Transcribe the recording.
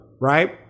Right